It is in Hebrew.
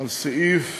על סעיף